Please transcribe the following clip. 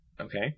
Okay